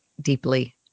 deeply